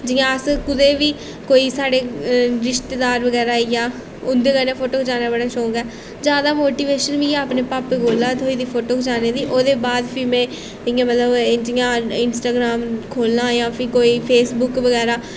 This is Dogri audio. जियां अस कुदै बी कोई साढ़े रिश्तेदार बगैरा आई जा उं'दे कन्नै फोटो खचाने दा बड़ा शौंक ऐ जादा मोटिवेशन मिगी अपने पापा कोला थ्होई दी फोटो खचाने दी ओह्दे बाद फ्ही में इ'यां मतलब जियां इंस्टाग्रम खोलां जां फ्ही कोई फेसबुक बगैरा